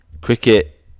cricket